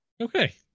okay